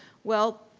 well,